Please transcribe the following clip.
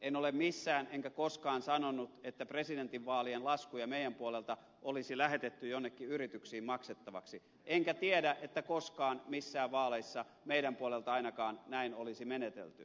en ole missään enkä koskaan sanonut että presidentinvaalien laskuja meidän puoleltamme olisi lähetetty jonnekin yrityksiin maksettavaksi enkä tiedä että koskaan missään vaaleissa meidän puoleltamme ainakaan näin olisi menetelty